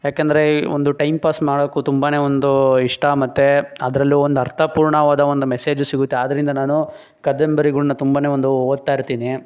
ಏಕೆಂದ್ರೆ ಒಂದು time pass ಮಾಡೋಕೂ ತುಂಬನೇ ಒಂದೂ ಇಷ್ಟ ಮತ್ತು ಅದರಲ್ಲೂ ಒಂದು ಅರ್ಥಪೂರ್ಣವಾದ ಒಂದು ಮೆಸೇಜ್ ಸಿಗುತ್ತೆ ಆದ್ದರಿಂದ ನಾನು ಕದಂಬರಿಗಳನ್ನ ತುಂಬನೇ ಒಂದು ಓದ್ತಾಯಿರ್ತೀನಿ